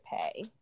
pay